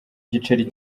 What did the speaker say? giceri